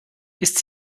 ist